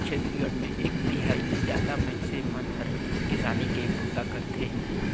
छत्तीसगढ़ मे एक तिहाई ले जादा मइनसे मन हर किसानी के बूता करथे